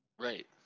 Right